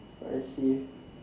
I see